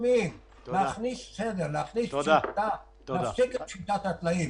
להכניס סדר, להכניס שיטה, להפסיק את שיטת התלאים.